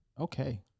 okay